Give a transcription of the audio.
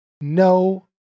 no